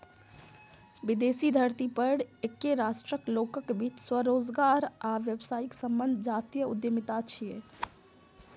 विदेशी धरती पर एके राष्ट्रक लोकक बीच स्वरोजगार आ व्यावसायिक संबंध जातीय उद्यमिता छियै